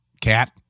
cat